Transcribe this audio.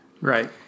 Right